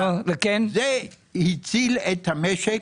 זה הציל את המשק.